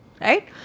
Right